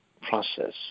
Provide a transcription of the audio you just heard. process